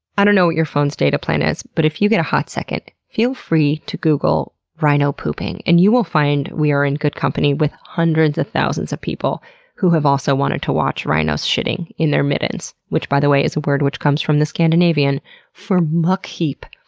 i don't know what your phone's data plan is, but if you get a hot second, feel free to google rhino pooping and you will find we are in good company with hundreds of thousands of people who have also wanted to watch rhinos shitting in their middens, which, by the way, is a word which comes from the scandinavian for muck heap.